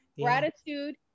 Gratitude